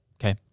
Okay